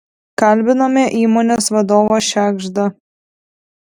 kalbinome įmonės vadovą šegždą